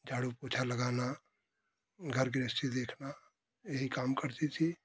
झाड़ू पोछा लगाना घर गृहस्थी देखना यही काम करती थीं